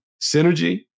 synergy